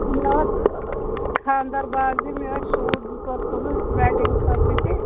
مےٚ ٲس خانٛدَر باوزِ مےٚ ٲسۍ سوٗٹ زٕ ژور تُلٕنۍ وٮ۪ڈِنٛگ خٲطرٕ تہِ